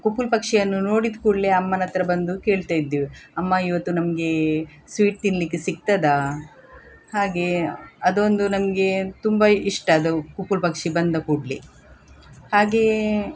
ಕುಪುಲ್ ಪಕ್ಷಿಯನ್ನು ನೋಡಿದ ಕೂಡಲೆ ಅಮ್ಮನ ಹತ್ರ ಬಂದು ಕೇಳ್ತಾ ಇದ್ದೆವು ಅಮ್ಮ ಇವತ್ತು ನಮಗೆ ಸ್ವೀಟ್ ತಿನ್ನಲಿಕ್ಕೆ ಸಿಕ್ತದಾ ಹಾಗೇ ಅದೊಂದು ನನಗೆ ತುಂಬ ಇಷ್ಟ ಅದು ಕುಪುಲ್ ಪಕ್ಷಿ ಬಂದ ಕೂಡಲೆ ಹಾಗೆಯೇ